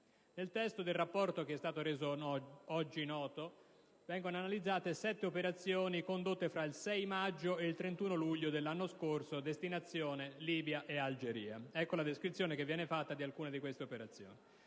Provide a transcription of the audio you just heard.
Nel testo del rapporto, che oggi è stato reso noto, vengono analizzate sette operazioni condotte fra il 6 maggio e il 31 luglio 2009, con destinazione Libia e Algeria. Ecco la descrizione che viene fatta di alcune di tali operazioni: